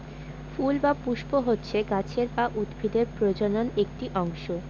ফুল বা পুস্প হচ্ছে গাছের বা উদ্ভিদের প্রজনন একটি অংশ